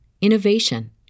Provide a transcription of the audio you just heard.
innovation